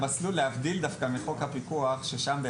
להבדיל דווקא מחוק הפיקוח ששם אתה